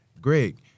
Greg